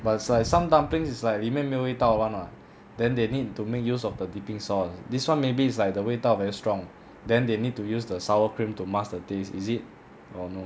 but it's like some dumplings is like 里面没有味道 [one] mah then they need to make use of the dipping sauce this [one] maybe it's like 的味道 very strong then they need to use the sour cream to mask the taste is it or not